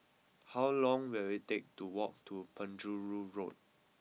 how long will it take to walk to Penjuru Road